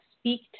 speak